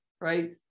right